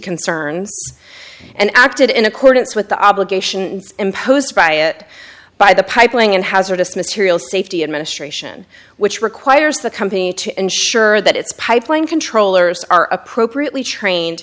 concerns and acted in accordance with the obligations imposed by it by the pipeline and hazardous material safety administration which requires the company to ensure that its pipeline controllers are appropriately trained